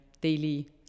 daily